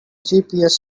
gps